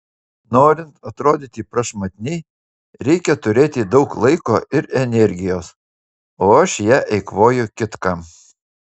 norint atrodyti prašmatniai reikia turėti daug laiko ir energijos o aš ją eikvoju kitkam